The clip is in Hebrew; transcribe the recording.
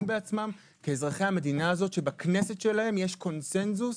בעצמם כאזרחי המדינה הזו שבכנסת שלהם יש קונצנזוס,